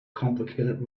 complicated